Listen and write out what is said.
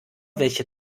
welche